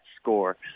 score